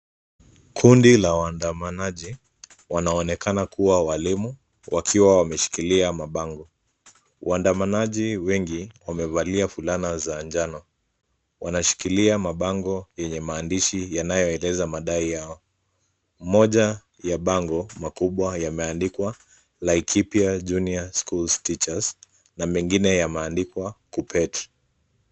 Kundi la waandamanaji wanaonekana kuwa walimu, wakiwa wameshikilia mabango. Waandamanaji wengi wakiwa wamevalia fulana za njano. Wanashikilia mabango yenye maandishi yanayoeleza madai yao. Moja ya bango makubwa yameandikwa Laikipia junior school teachers na mengine yameandikwa Kuppet.